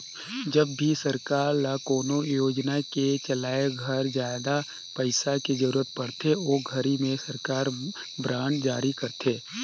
जब भी सरकार ल कोनो योजना के चलाए घर जादा पइसा के जरूरत परथे ओ घरी में सरकार बांड जारी करथे